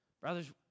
brothers